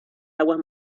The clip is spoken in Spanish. aguas